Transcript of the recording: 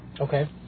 Okay